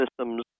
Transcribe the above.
systems